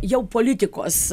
jau politikos